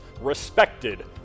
respected